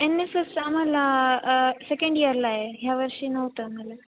N S एसचं आम्हाला second इयरला आहे ह्या वर्षी नव्हतं आम्हाला